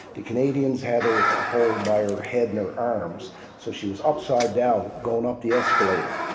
the canadians had her hold by her head and her arms so she was upside down, going up the escalator.